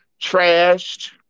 trashed